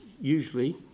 usually